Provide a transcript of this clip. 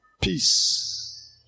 peace